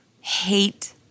hate